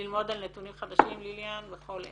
ללמוד על נתונים חדשים, ליליאן, בכל עת.